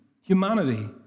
Humanity